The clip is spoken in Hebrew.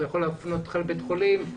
הוא יכול להפנות אותך לבית חולים,